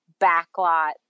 backlot